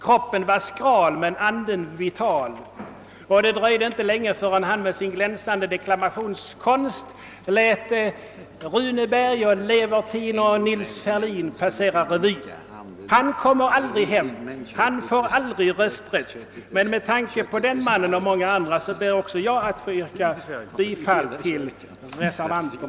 Kroppen var skral men anden vital, och det dröjde inte länge förrän han med glänsande <deklamationskonst lät Runeberg, Levertin och Nils Ferlin passera revy. Han kommer aldrig hem och han får aldrig rösträtt, men med tanke på den mannen och många andra ber även jag att få yrka bifall till reservationen.